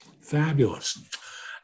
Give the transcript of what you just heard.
Fabulous